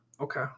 Okay